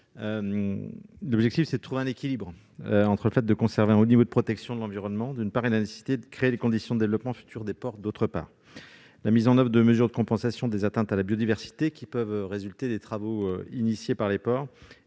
objectif est de trouver un équilibre entre la nécessité de conserver un haut niveau de protection de l'environnement, d'une part, et celle de créer les conditions du développement futur des ports, d'autre part. La mise en oeuvre de mesures de compensation des atteintes à la biodiversité qui peuvent résulter des travaux engagés par les ports